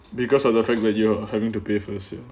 because of the fact that you're having to pay for year